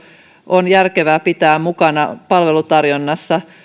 on järkevää pitää mukana palvelutarjonnassa